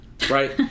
right